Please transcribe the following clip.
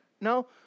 no